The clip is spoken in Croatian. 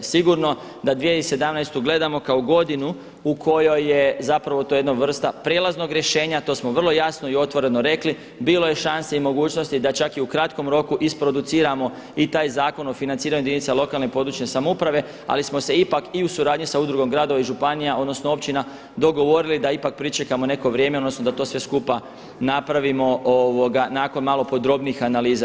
Sigurno da 2017. gledamo kao godinu u kojoj je to jedna vrsta prijelaznog rješenja a to smo vrlo jasno i otvoreno rekli, bilo je šanse i mogućnosti da čak i u kratkom roku isproduciramo i taj Zakon o financiranju jedinica lokalne i područne samouprave ali smo se ipak i u suradnji sa Udrugom gradova i županija, odnosno općina dogovorili da ipak pričekamo neko vrijeme odnosno da to sve skupa napravimo nakon malo podrobnijih analiza.